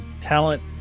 talent